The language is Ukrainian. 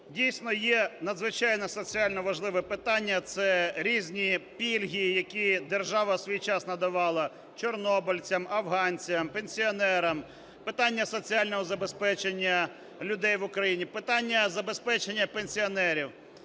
Дійсно, є надзвичайно соціально важливе питання – це різні пільги, які держава у свій час надавала чорнобильцям, афганцям, пенсіонерам – питання соціального забезпечення людей в Україні, питання забезпечення пенсіонерів.